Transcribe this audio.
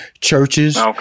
churches